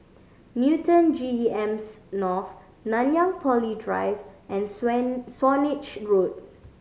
Newton GEM's North Nanyang Poly Drive and Swan Swanage Road